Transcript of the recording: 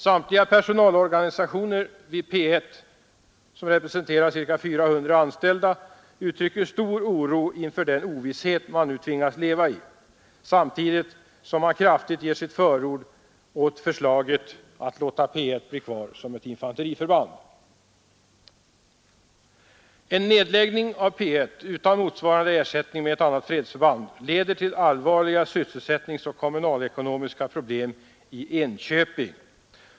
Samtliga personalorganisationer vid P 1, representerande 400 anställda, uttrycker stor oro inför den ovisshet man nu tvingas leva i samtidigt som man kraftigt ger sitt förord åt”förslaget att låta P 1 bli kvar som infanteriförband. En nedläggning av P 1 utan motsvarande ersättning med annat fredsförband leder till allvarliga sysselsättningsoch kommunalekonomiska problem i Enköping.